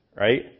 right